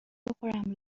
بخورم